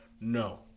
No